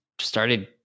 started